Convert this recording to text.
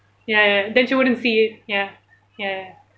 ya ya then she wouldn't see it ya ya